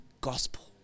gospel